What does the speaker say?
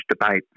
debate